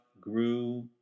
grew